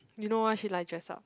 you know why she like dress up